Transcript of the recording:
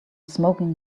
smoking